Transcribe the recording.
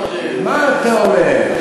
מה אתה אומר?